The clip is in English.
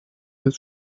his